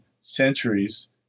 centuries